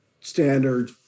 standard